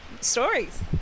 stories